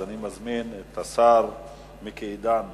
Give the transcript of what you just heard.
אני מזמין את השר מיקי איתן